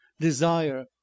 desire